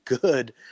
good